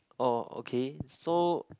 oh okay so